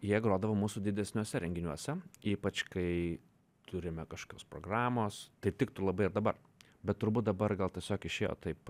jie grodavo mūsų didesniuose renginiuose ypač kai turime kažkokios programos tai tikrų labai ir dabar bet turbūt dabar gal tiesiog išėjo taip